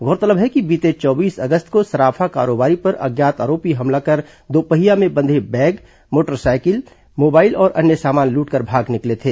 गौरतलब है कि बीते चौबीस अगस्त को सराफा कारोबारी पर अज्ञात आरोपी हमला कर दोपहिया में बंधे बैग मोटरसाइकिल मोबाइल और अन्य सामान लूटकर भाग गए थे